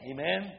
Amen